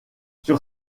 sur